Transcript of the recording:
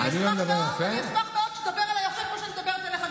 אני אשמח מאוד שתדבר אליי יפה כמו שאני מדברת אליך,